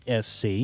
SC